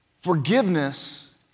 Forgiveness